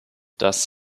dass